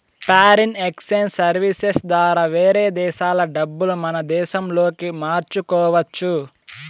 foreign exchange services ద్వారా వేరే దేశాల డబ్బులు మన దేశంలోకి మార్చుకోవచ్చు